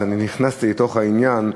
אני נכנסתי לתוך העניין,